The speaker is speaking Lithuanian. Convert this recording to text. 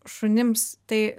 šunims tai